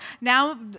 now